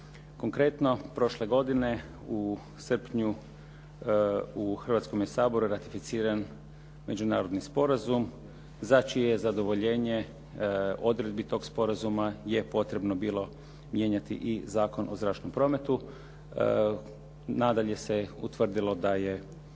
Konkretno, prošle godine u srpnju u Hrvatskom je saboru ratificiran međunarodni sporazum za čije je zadovoljenje odredbi tog sporazuma je potrebno bilo mijenjati i Zakon o zračnom prometu. Nadalje se utvrdilo da je